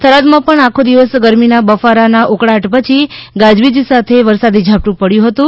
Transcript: થરાદમાં પણ આખો દિવસ ગરમીના બફારાના ઉકળાટ પછી ગાજવીજ સાથે વરસાદી ઝાપટું પડ્યું હતું